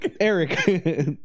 Eric